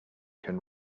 can